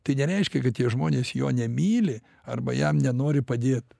tai nereiškia kad tie žmonės jo nemyli arba jam nenori padėt